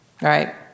right